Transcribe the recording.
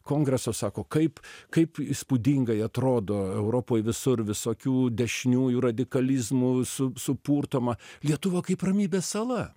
kongreso sako kaip kaip įspūdingai atrodo europoj visur visokių dešiniųjų radikalizmų su supurtoma lietuva kaip ramybės sala